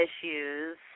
issues